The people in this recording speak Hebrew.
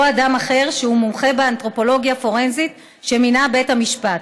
אדם אחר שהוא מומחה באנתרופולוגיה פורנזית שמינה בית המשפט.